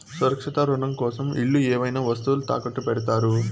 సురక్షిత రుణం కోసం ఇల్లు ఏవైనా వస్తువులు తాకట్టు పెడతారు